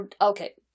Okay